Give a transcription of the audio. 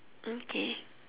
okay